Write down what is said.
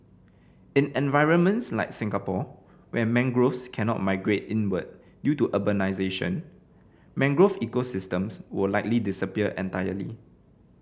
in environments like Singapore where mangroves cannot migrate inward due to urbanisation mangrove ecosystems will likely disappear entirely